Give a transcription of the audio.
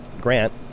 Grant